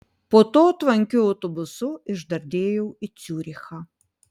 po to tvankiu autobusu išdardėjau į ciurichą